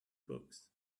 books